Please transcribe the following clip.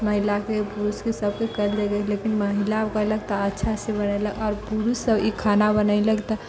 महिलाके पुरुषके सभके कर लेबै लेकिन महिला ओ केलक तऽ अच्छा से बनेलक आओर पुरुष सभ ई खाना बनेलक तऽ